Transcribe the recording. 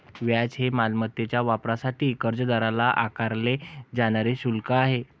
व्याज हे मालमत्तेच्या वापरासाठी कर्जदाराला आकारले जाणारे शुल्क आहे